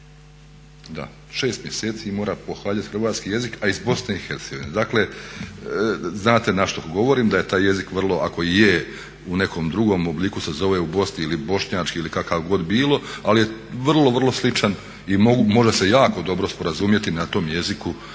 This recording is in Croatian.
da 6 mjeseci mora pohađati hrvatski jezik, a iz BiH. dakle znate što govorim da je taj jezik ako i je u nekom drugom obliku se zove u Bosni ili bošnjački ili kakav god bilo, ali je vrlo, vrlo sličan i može se jako dobro sporazumjeti na tom jeziku